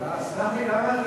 סלח לי, למה?